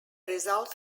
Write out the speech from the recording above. result